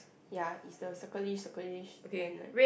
ya it's the circle dish circle dish then like